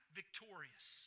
victorious